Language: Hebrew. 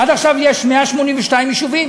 עד עכשיו יש 182 יישובים,